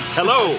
Hello